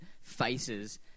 faces